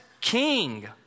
King